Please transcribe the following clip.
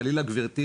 חלילה גברתי,